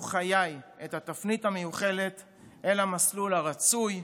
חיי את התפנית המיוחלת אל המסלול הרצוי,